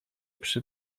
przy